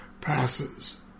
passes